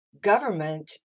government